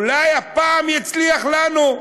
אולי הפעם יצליח לנו.